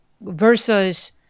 versus